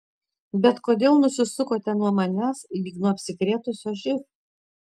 bet kodėl nusisukote nuo manęs lyg nuo apsikrėtusio živ